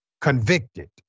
convicted